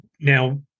now